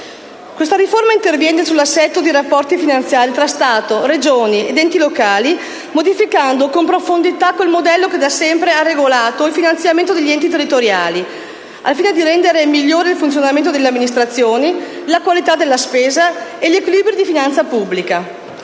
Questa riforma interviene sull'assetto dei rapporti finanziari tra Stato, Regioni ed enti locali, modificando in profondità il modello che ha regolato, fino ad ora, il finanziamento degli enti territoriali, al fine di rendere migliore il funzionamento delle amministrazioni, la qualità della spesa e gli equilibri di finanza pubblica.